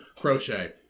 Crochet